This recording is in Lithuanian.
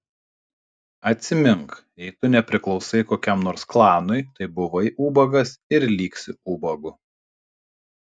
atsimink jei tu nepriklausai kokiam nors klanui tai buvai ubagas ir liksi ubagu